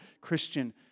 Christian